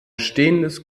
stehendes